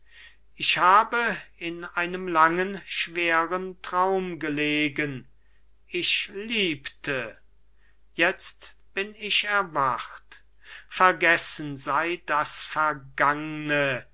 ich habe in einem langen schweren traum gelegen ich liebte jetzt bin ich erwacht vergessen sei das vergangne